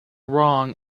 wrong